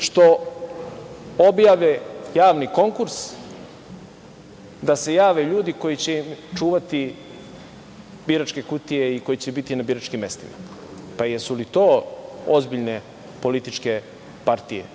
što objave javni konkurs da se jave ljudi koji će im čuvati biračke kutije i koji će biti na biračkim mestima. Pa, jesu li to ozbiljne političke partije